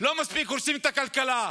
לא מספיק שהורסים את הכלכלה,